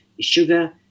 sugar